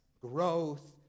growth